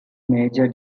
major